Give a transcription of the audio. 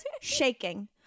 shaking